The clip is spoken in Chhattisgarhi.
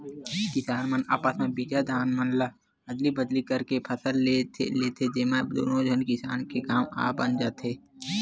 किसान मन आपस म बिजहा धान मन ल अदली बदली करके फसल ले लेथे, जेमा दुनो झन किसान के काम ह बन जाथे